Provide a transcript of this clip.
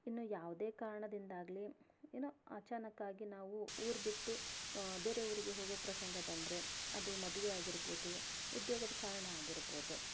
ಇನ್ನು ಯಾವುದೇ ಕಾರಣದಿಂದಾಗ್ಲಿ ಏನೋ ಅಚಾನಕ್ಕಾಗಿ ನಾವು ಊರು ಬಿಟ್ಟು ಬೇರೆ ಊರಿಗೆ ಹೋಗೋ ಪ್ರಸಂಗ ಬಂದರೆ ಅದು ಮದುವೆ ಆಗಿರ್ಬೋದು ಉದ್ಯೋಗದ ಕಾರಣ ಆಗಿರ್ಬೋದು